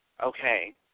okay